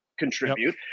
contribute